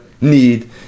need